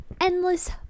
Endless